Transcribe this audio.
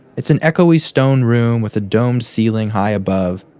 it's an echoey stone room with a domed ceiling high above,